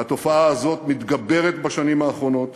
והתופעה הזאת מתגברת בשנים האחרונות